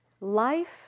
life